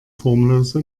formlose